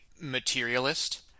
materialist